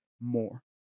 more